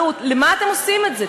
למה אתם עושים את זה?